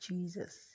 Jesus